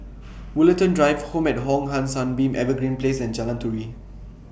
Woollerton Drive Home At Hong San Sunbeam Evergreen Place and Jalan Turi